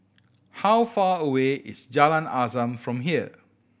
how far away is Jalan Azam from here